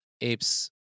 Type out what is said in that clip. apes